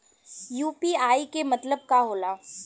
UPI के मतलब का होला?